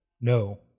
no